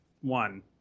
one